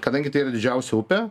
kadangi tai yra didžiausia upė